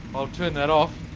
i'll turn that off.